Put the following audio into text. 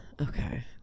Okay